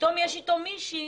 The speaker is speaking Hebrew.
פתאום יש אתו מישהי